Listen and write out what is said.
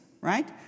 right